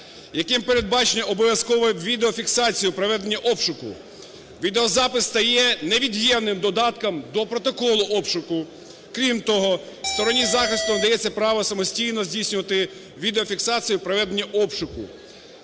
якими передбачено обов'язково відеофіксацію проведення обшуку, відеозапис стає невід'ємним додатком до протоколу обшуку. Крім того, стороні захисту надається право самостійно здійснювати відеофіксацію проведення обшуку.